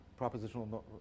propositional